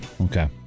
Okay